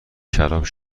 شراب